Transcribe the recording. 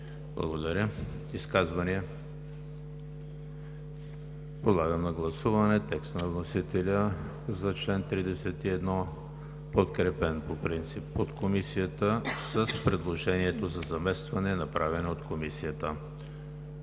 Изказвания? Няма. Подлагам на гласуване текста на вносителя за чл. 31, подкрепен по принцип от Комисията с предложението за заместване, направено от Комисията.